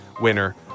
winner